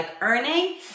earning